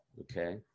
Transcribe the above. okay